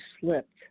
slipped